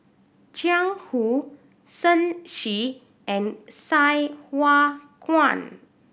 Jiang Hu Shen Xi and Sai Hua Kuan